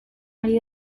ari